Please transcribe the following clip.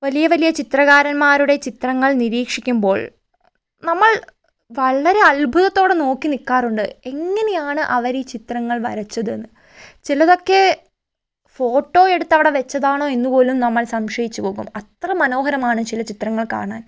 വലിയ വലിയ ചിത്രകാരന്മാരുടെ ചിത്രങ്ങൾ നിരീക്ഷിക്കുമ്പോൾ നമ്മൾ വളരെ അത്ഭുതത്തോടെ നോക്കിനിൽക്കാറുണ്ട് എങ്ങനെയാണ് അവരീ ചിത്രങ്ങൾ വരച്ചത് എന്ന് ചിലതൊക്കെ ഫോട്ടോയെടുത്ത് അവിടെ വെച്ചതാണോ എന്ന് പോലും നമ്മൾ സംശയിച്ചുപോകും അത്ര മനോഹരമാണ് ചില ചിത്രങ്ങൾ കാണാൻ